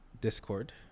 Discord